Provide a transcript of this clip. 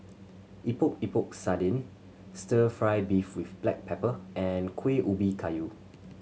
Epok Epok Sardin Stir Fry beef with black pepper and Kuih Ubi Kayu